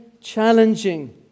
challenging